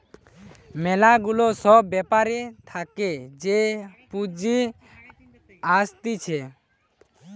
ম্যালা গুলা সব ব্যাপার থাকে যে পুঁজি আসতিছে